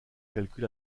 calcul